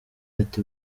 ati